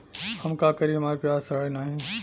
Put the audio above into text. हम का करी हमार प्याज सड़ें नाही?